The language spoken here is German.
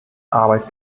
arbeit